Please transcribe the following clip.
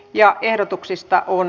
ja ehdotuksista on